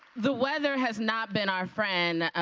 the weather has not been our friend.